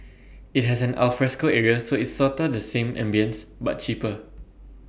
IT has an alfresco area so it's sorta the same ambience but cheaper